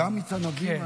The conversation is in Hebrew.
גם מיץ ענבים?